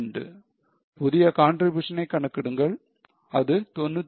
2 புதிய contribution னை கணக்கிடுங்கள் அது 95